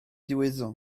diwezhañ